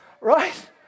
Right